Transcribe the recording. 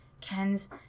Kens